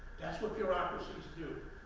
that's what bureaucracies do.